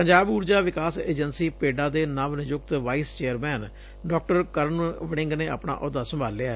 ਪੰਜਾਬ ਉਰਜਾ ਵਿਕਾਸ ਏਜੰਸੀ ਪੇਡਾ ਦੇ ਨਵ ਨਿਯੁਕਤ ਵਾਈਸ ਚੇਅਰਮੈਨ ਡਾ ਕਰਨ ਵਤਿੰਗ ਨੇ ਆਪਣਾ ਅਹੁਦਾ ਸੰਭਾਲ ਲਿਐ